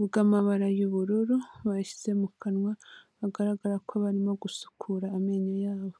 ubw'amabara y'ubururu bashyize mu kanwa bagaragara ko barimo gusukura amenyo yabo.